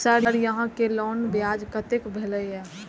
Sir यहां के loan ब्याज कतेक भेलेय?